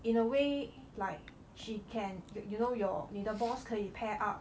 in a way like she can you you know your 你的 boss 可以 pair up